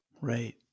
Right